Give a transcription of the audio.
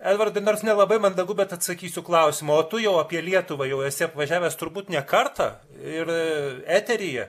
edvardai nors nelabai mandagu bet atsakysiu klausimu o tu jau apie lietuvą jau esi apvažiavęs turbūt ne kartą ir eteryje